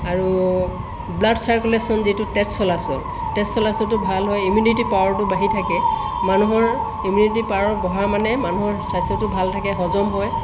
আৰু blood circulation যিটো তেজ চলাচল তেজ চলাচলটো ভাল হয় ইমিউনিটি পাৱাৰটো বাঢ়ি থাকে মানুহৰ ইমিউনিটি পাৱাৰ বঢ়া মানে মানুহৰ স্বাস্থ্যটো ভাল থাকে হজম হয়